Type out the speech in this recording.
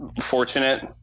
fortunate